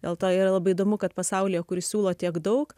dėl to yra labai įdomu kad pasaulyje kuris siūlo tiek daug